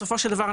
בסופו של דבר,